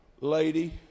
lady